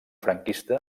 franquista